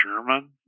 German